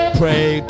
pray